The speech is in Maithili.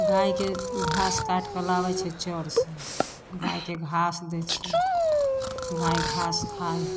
गायके घास काटिकऽ लाबै छी चऽरसँ गायके घास दै छियै गाय घास खाइ हइ